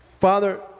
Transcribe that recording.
Father